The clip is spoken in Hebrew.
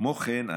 כמו כן,